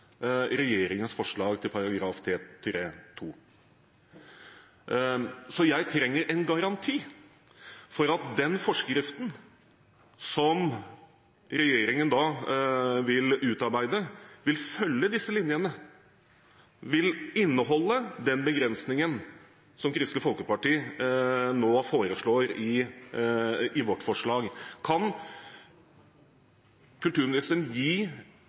regjeringens forslag til § 3-2. Så jeg trenger en garanti for at den forskriften som regjeringen vil utarbeide, vil følge disse linjene, vil inneholde den begrensningen som Kristelig Folkeparti nå har i sitt forslag. Kan kulturministeren gi